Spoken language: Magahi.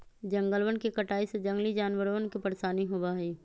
जंगलवन के कटाई से जंगली जानवरवन के परेशानी होबा हई